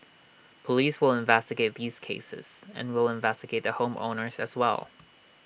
Police will investigate these cases and we'll investigate the home owners as well